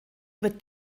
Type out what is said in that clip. wird